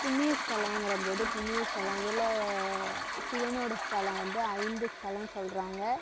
புண்ணியஸ்தலங்கிற போது புண்ணியஸ்தலம் அதில் சிவனோடய ஸ்தலம் வந்து ஐந்து ஸ்தலம் சொல்கிறாங்க